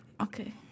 Okay